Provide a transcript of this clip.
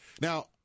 Now